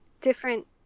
different